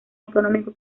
económico